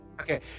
Okay